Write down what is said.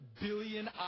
billion